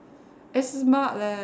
it's smart leh